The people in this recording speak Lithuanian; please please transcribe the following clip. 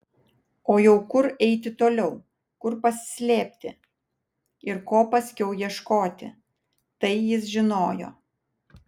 o jau kur eiti toliau kur pasislėpti ir ko paskiau ieškoti tai jis žinojo